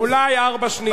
אולי ארבע שניות.